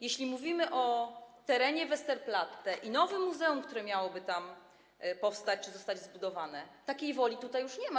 Jeśli mówimy o terenie Westerplatte i nowym muzeum, które miałoby tam powstać czy zostać zbudowane, to takiej woli już nie ma.